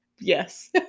Yes